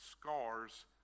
scars